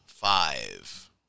Five